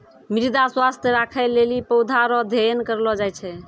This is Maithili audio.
मृदा स्वास्थ्य राखै लेली पौधा रो अध्ययन करलो जाय छै